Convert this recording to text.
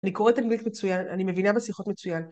אני קוראת אנגלית מצוין, אני מבינה בשיחות מצוין.